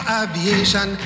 aviation